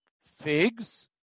figs